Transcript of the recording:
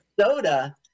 soda